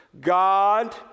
God